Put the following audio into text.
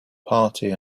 party